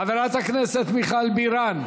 חברת הכנסת מיכל בירן.